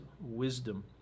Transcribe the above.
wisdom